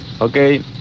Okay